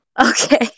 Okay